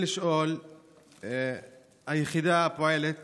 היחידה הפועלת